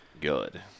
good